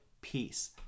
peace